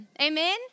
Amen